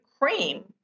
cream